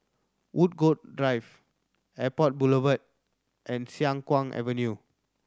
Woodgrove Drive Airport Boulevard and Siang Kuang Avenue